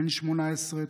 בן 18,